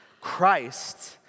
Christ